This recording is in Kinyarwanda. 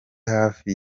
hafi